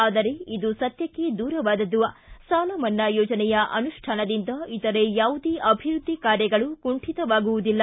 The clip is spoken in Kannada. ಆದರೆ ಇದು ಸತ್ಯಕ್ಷ ದೂರವಾದದ್ದು ಸಾಲಮನ್ನಾ ಯೋಜನೆಯ ಅನುಷ್ಠಾನದಿಂದ ಇತರೆ ಯಾವುದೇ ಅಭಿವೃದ್ಧಿ ಕಾರ್ಯಗಳೂ ಕುಂಠಿತವಾಗುವುದಿಲ್ಲ